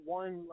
one